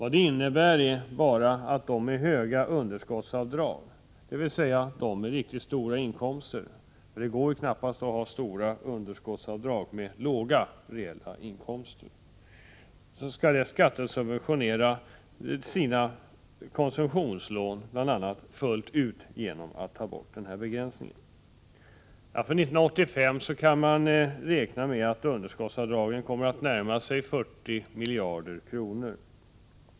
Det innebär bara att de med stora underskottsavdrag — dvs. de med mycket höga inkomster, eftersom det knappast går att ha stora underskottsavdrag vid låga inkomster — skall skattesubventionera bl.a. sina konsumtionslån fullt ut. För 1985 kan man räkna med att underskottsavdragen kommer att närma sig 40 miljarder kronor.